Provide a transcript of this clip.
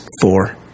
Four